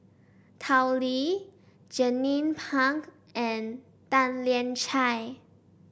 Tao Li Jernnine Pang and Tan Lian Chye